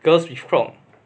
girls with chrom